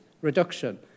reduction